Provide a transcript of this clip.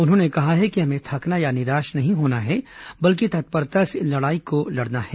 उन्होंने कहा है कि हमें थकना या निराश नहीं होना है बल्कि तत्परता से इस लड़ाई को लड़ना है